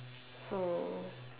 so